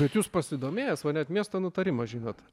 bet jūs pasidomėjęs va net miesto nutarimą žinot